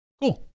Cool